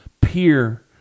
peer